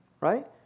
Right